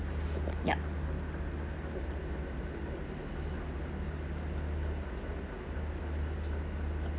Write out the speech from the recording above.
yup